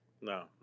No